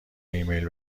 ایمیل